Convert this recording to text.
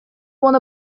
one